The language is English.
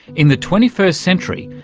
in the twenty first century,